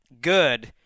good